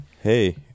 Hey